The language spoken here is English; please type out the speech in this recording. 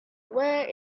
where